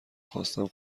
خواستم